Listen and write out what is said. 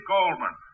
Goldman